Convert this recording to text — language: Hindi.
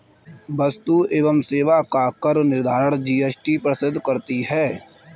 वस्तु एवं सेवा कर का निर्धारण जीएसटी परिषद करती है